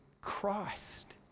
Christ